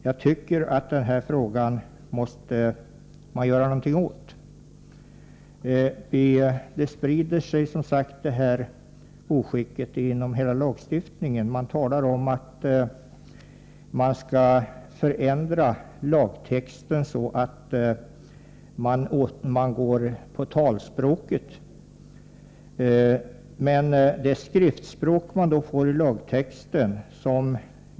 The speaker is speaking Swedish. Jag tycker att man måste göra något åt detta problem. Detta oskick att använda sig av talspråksmässiga uttryck i lagtext sprider sig inom hela lagstiftningen.